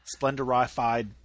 splendorified